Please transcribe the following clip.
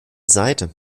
seite